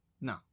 No